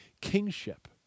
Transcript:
kingship